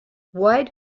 wide